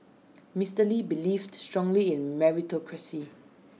Mister lee believed strongly in meritocracy